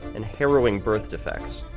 and harrowing birth defects.